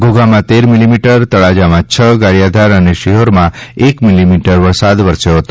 ઘોઘામા તેર મીલીમીટર તળાજામાં છ ગારીયાધાર અને શિહોરમાં એક મીલીમીટર વરસાદ વરસ્યો હતો